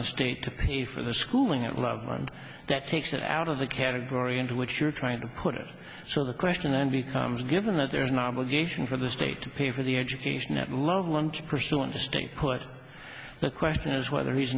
the state to pay for the schooling of loveland that takes it out of the category in which you're trying to put it so the question then becomes given that there is an obligation for the state to pay for the education and love lunch pursuant to stink put the question is whether he's